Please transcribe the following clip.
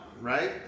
right